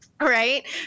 Right